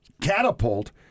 catapult